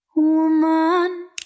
woman